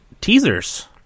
Teasers